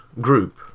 group